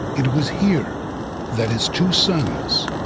it was here that his two sons,